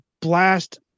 blast